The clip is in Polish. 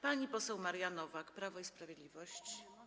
Pani poseł Maria Nowak, Prawo i Sprawiedliwość.